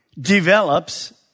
develops